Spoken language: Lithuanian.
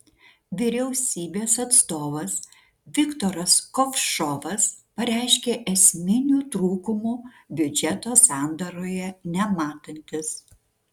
vyriausybės atstovas viktoras kovšovas pareiškė esminių trūkumų biudžeto sandaroje nematantis